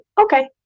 okay